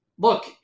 look